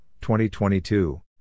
2022